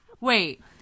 wait